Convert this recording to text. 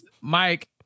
Mike